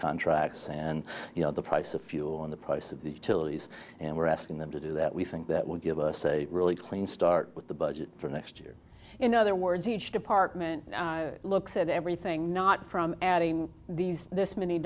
contracts and you know the price of fuel on the price of the till is and we're asking them to do that we think that will give us a really clean start with the budget for next year in other words each department looks at everything not from adding these this many